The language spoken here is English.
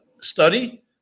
study